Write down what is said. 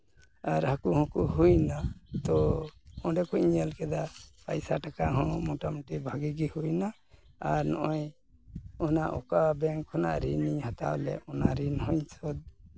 ᱟᱨ ᱦᱟᱹᱠᱩ ᱦᱚᱠᱚ ᱦᱩᱭᱱᱟ ᱛᱟ ᱚᱸᱰᱮ ᱠᱷᱚᱡ ᱤᱧ ᱧᱮᱞ ᱠᱮᱫᱟ ᱯᱟᱭᱥᱟ ᱴᱟᱠᱟ ᱦᱚᱸ ᱢᱚᱴᱟᱼᱢᱩᱴᱤ ᱵᱷᱟᱹᱜᱤ ᱜᱮ ᱦᱩᱭᱱᱟ ᱟᱨ ᱱᱚᱜᱼᱚᱭ ᱚᱱᱟ ᱚᱠᱟ ᱵᱮᱝᱠ ᱠᱷᱚᱱᱟᱜ ᱨᱤᱱᱤᱧ ᱦᱟᱛᱟᱣ ᱞᱮᱫ ᱚᱱᱟ ᱨᱤᱱ ᱦᱚᱸᱧ ᱥᱳᱫᱽ